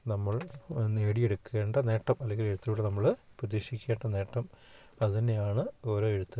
നമ്മൾ നേടിയെടുക്കേണ്ട നേട്ടം അല്ലെങ്കിൽ എഴുത്തിലൂടെ നമ്മൾ പ്രതീക്ഷിക്കേണ്ട നേട്ടം അതു തന്നെയാണ് ഓരോ എഴുത്തുകാരനും